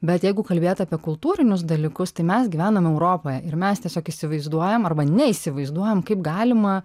bet jeigu kalbėt apie kultūrinius dalykus tai mes gyvenam europoj ir mes tiesiog įsivaizduojam arba neįsivaizduojam kaip galima